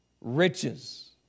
Riches